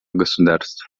государств